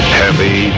heavy